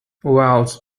wells